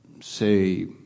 say